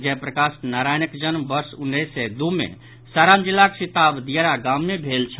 जय प्रकाश नारायणक जन्म वर्ष उन्नैस सय दू मे सारण जिलाक सिताब दियारा गाम मे भेल छल